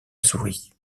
souris